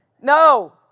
No